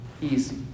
easy